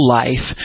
life